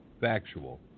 factual